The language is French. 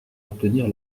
obtenir